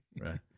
Right